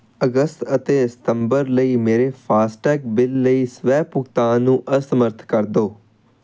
ਅਗਸਤ ਅਤੇ ਅਸਤੰਬਰ ਲਈ ਮੇਰੇ ਫਾਸਟੈਗ ਬਿੱਲ ਲਈ ਸਵੈ ਭੁਗਤਾਨ ਨੂੰ ਅਸਮਰੱਥ ਕਰ ਦਿਓ